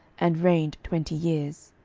and reigned twenty years.